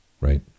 Right